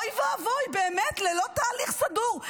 אוי ואבוי, באמת, ללא תהליך סדור.